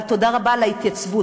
אבל תודה רבה על ההתייצבות.